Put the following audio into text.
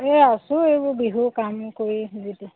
এই আছোঁ এইবোৰ বিহু কাম কৰি যিতি